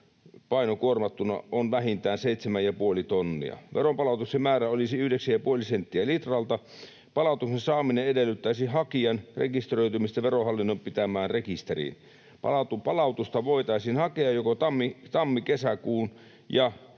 paino kuormattuna on vähintään seitsemän ja puoli tonnia. Veronpalautuksen määrä olisi yhdeksän ja puoli senttiä litralta. Palautuksen saaminen edellyttäisi hakijan rekisteröitymistä Verohallinnon pitämään rekisteriin. Palautusta voitaisiin hakea joko tammi—kesäkuun ja